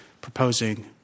proposing